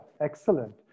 excellent